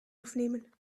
aufnehmen